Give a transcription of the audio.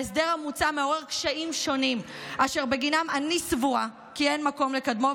ההסדר המוצע מעורר קשיים שונים אשר בגינם אני סבורה כי אין מקום לקדמו,